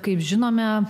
kaip žinome